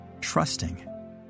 trusting